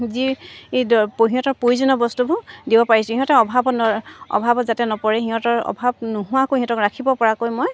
যি দ সিহঁতৰ প্ৰয়োজনীয় বস্তুবোৰ দিব পাৰিছোঁ সিহঁতৰ অভাৱত অভাৱত যাতে নপৰে সিহঁতৰ অভাৱ নোহোৱাকৈ সিহঁতক ৰাখিব পৰাকৈ মই